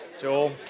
Joel